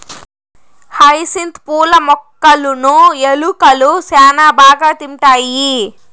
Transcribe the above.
hyacinth పూల మొక్కలును ఎలుకలు శ్యాన బాగా తింటాయి